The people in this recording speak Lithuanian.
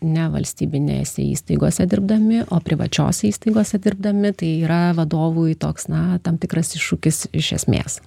nevalstybinėse įstaigose dirbdami o privačiose įstaigose dirbdami tai yra vadovui toks na tam tikras iššūkis iš esmės